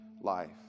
life